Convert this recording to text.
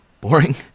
boring